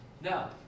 Now